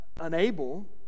unable